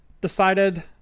decided